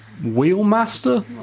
wheelmaster